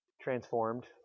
transformed